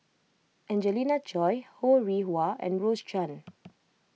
Angelina Choy Ho Rih Hwa and Rose Chan